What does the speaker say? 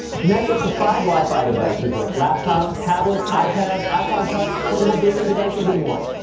connect up to five wi-fi devices like laptops, tablets, ipads, ipod touch, portable gaming devices and more.